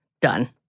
Done